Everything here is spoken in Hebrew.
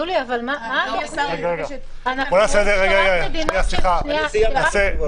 יולי --- רגע, נעשה את זה מסודר.